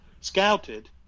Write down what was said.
scouted